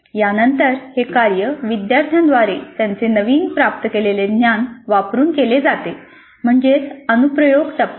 यानंतर हे कार्य विद्यार्थ्यांद्वारे त्यांचे नवीन प्राप्त केलेले ज्ञान वापरून केले जाते अनुप्रयोग टप्पा